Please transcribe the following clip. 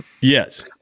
Yes